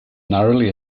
narrowly